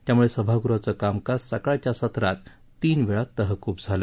त्यामुळे सभागृहाचं कामकाज सकाळच्या सत्रात तीनवेळा तहकूब झालं